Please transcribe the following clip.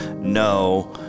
No